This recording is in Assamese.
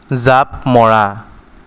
জাঁপ মৰা